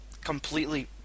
completely